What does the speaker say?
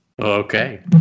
Okay